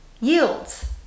yields